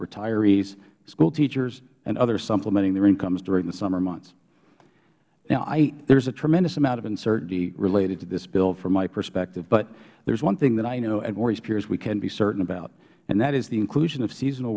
retirees school teachers and others supplementing their incomes during the summer months now there is a tremendous amount of uncertainty related to this bill from my perspective but there is one thing that i know at morey's piers we can be certain about and that is the inclusion of seasonal